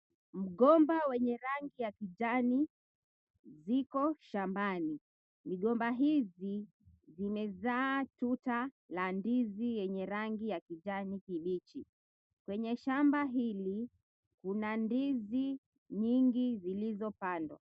Mgomba wenye rangi ya kijani ziko shambani. Migomba hizi zimezaa tuta la ndizi yenye rangi ya kijani kibichi. Kwenye shamba hili kuna ndizi nyingi zilizopandwa.